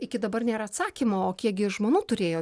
iki dabar nėra atsakymo kiekgi žmonų turėjo